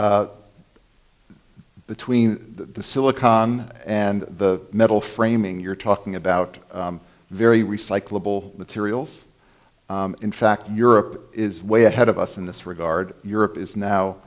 d between the silicon and the metal framing you're talking about very recyclable materials in fact europe is way ahead of us in this regard europe is now